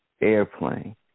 airplane